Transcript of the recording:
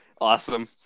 Awesome